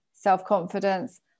self-confidence